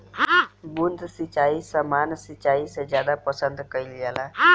बूंद सिंचाई सामान्य सिंचाई से ज्यादा पसंद कईल जाला